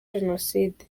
jenoside